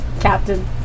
Captain